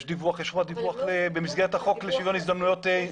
יש חובת דיווח במסגרת החוק לשוויון הזדמנויות.